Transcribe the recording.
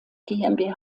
gmbh